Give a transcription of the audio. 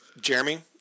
Jeremy